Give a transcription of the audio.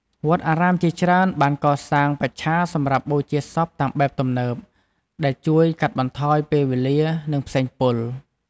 វត្តអារាមជាច្រើនបានកសាងបច្ឆាសម្រាប់បូជាសពតាមបែបទំនើប ដែលជួយកាត់បន្ថយពេលវេលា និងផ្សែងពុល។